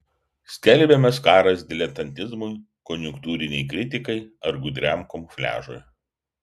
skelbiamas karas diletantizmui konjunktūrinei kritikai ar gudriam kamufliažui